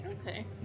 Okay